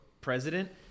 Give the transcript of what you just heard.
president